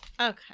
Okay